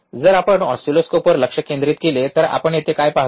जर आपण ऑसिलोस्कोपवर लक्ष केंद्रित केले तर आपण येथे काय पाहतो